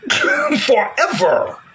Forever